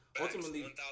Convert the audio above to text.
ultimately